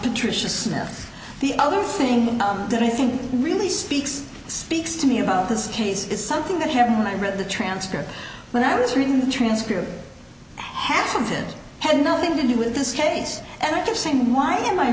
patricia smith the other thing that i think really speaks speaks to me about this case is something that happened when i read the transcript when i was reading the transcript hasn't it had nothing to do with this case and i keep saying why am i